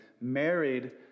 married